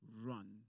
run